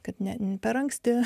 kad ne per anksti